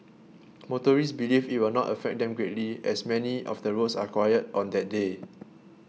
motorists believe it will not affect them greatly as many of the roads are quiet on that day